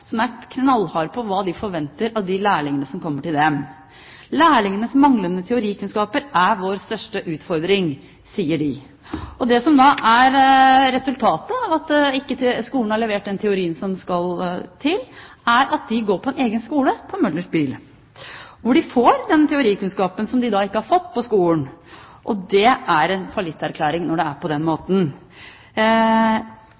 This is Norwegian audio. arbeidslivet. Jeg lyst til å vise til Møller Bil. Det var et stort oppslag i Dagsavisen for en tid tilbake, der Møller Bil var knallharde på hva de forventer av de lærlingene som kommer til dem: «Lærlingenes manglende teorikunnskaper er vår største utfordring», sier de. Det som er resultatet – når skolen ikke har levert den teorien som skal til – er at de går på en egen skole hos Møller Bil, hvor de får den teorikunnskapen som de ikke har fått på skolen. Det er